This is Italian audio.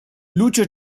lucio